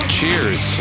Cheers